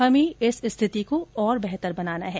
हमें इस स्थिति को और बेहतर बनाना है